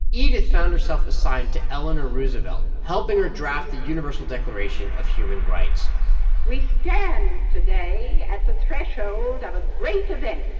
edith found herself assigned to eleanor roosevelt, helping her draft the universal declaration of human rights we stand today at the threshold of a great event,